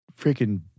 freaking